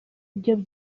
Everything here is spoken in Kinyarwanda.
byose